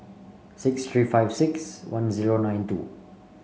six three five six one zero nine two